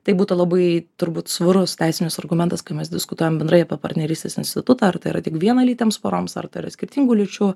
tai būtų labai turbūt svarus teisinis argumentas kai mes diskutuojam bendrai apie partnerystės institutą ar tai yra tik vienalytėms poroms ar tarp skirtingų lyčių